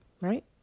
right